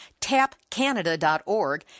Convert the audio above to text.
tapcanada.org